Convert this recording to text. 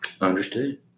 Understood